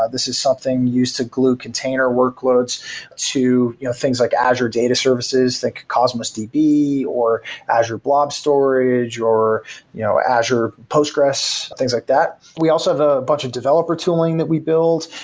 ah this is something used to glue container workloads to you know things like azure data services that could cause missed db or azure blob storage or you know azure postgres, things like that we also have a bunch of developer tooling that we built.